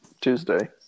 Tuesday